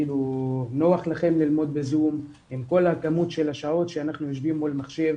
לנו ללמוד בזום עם כל הכמות של השעות שאנחנו יושבים מול מחשב,